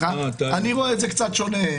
אני רואה את זה קצת שונה,